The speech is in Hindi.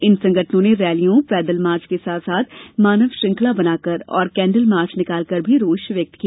इन संगठनों ने रैलियों पैदल मार्च के साथ साथ मानव श्रृंखला बनाकर और कैंडल मार्च निकालकर भी रोष व्यक्त किया